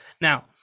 Now